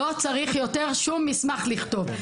לא צריך יותר שום מסמך לכתוב.